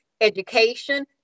education